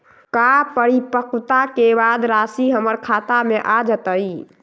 का परिपक्वता के बाद राशि हमर खाता में आ जतई?